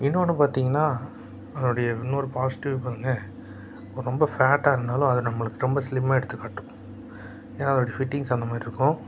இன்னொன்று பார்த்தீங்கன்னா அதனுடைய இன்னொரு பாசிட்டிவ் பாருங்கள் இப்போ ரொம்ப ஃபேட்டாக இருந்தாலும் அது நம்மளுக்கு ரொம்ப ஸ்லிம்மாக எடுத்துக்காட்டும் ஏன்னால் அதோடைய ஃபிட்டிங்ஸ் அந்த மாதிரி இருக்கும்